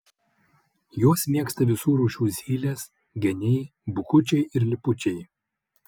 juos mėgsta visų rūšių zylės geniai bukučiai ir lipučiai